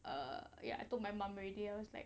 err ya I told my mum already I was like